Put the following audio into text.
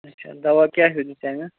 اچھا دَوا کیٛاہ ہیٛوٗ دِژاے مےٚ